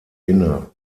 inne